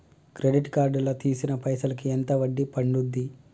Credit card లా తీసిన పైసల్ కి ఎంత వడ్డీ పండుద్ధి?